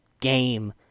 game